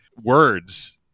words